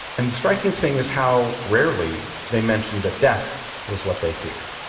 and the striking thing is how rarely they mentioned that death was what they feared.